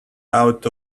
out